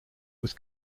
was